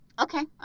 Okay